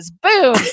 Boom